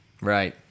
right